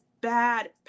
bad